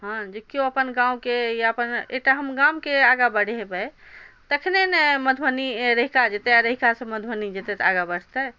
हँ जे किओ अपन गाँवके या अपन एकटा हम गामके आगाँ बढ़ेबै तखने ने मधुबनी रहिका जेतै आओर रहिकासँ मधुबनी जेतै तऽ आगाँ बढ़तै